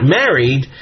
married